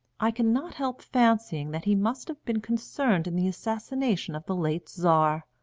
i cannot help fancying that he must have been concerned in the assassination of the late czar,